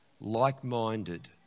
like-minded